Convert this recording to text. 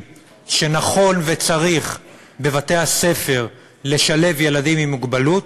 שנכון וצריך בבתי-ספר לשלב ילדים עם מוגבלות,